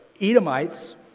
Edomites